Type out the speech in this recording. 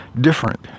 different